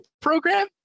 program